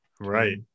Right